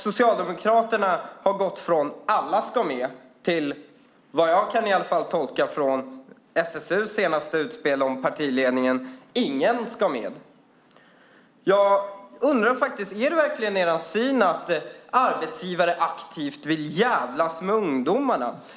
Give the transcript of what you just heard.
Socialdemokraterna har gått från "alla ska med" till, i alla fall såvitt jag kan tolka från SSU:s senaste utspel om partiledningen, "ingen ska med". Jag undrar faktiskt om det verkligen är er syn att arbetsgivare aktivt vill djävlas med ungdomarna?